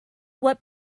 what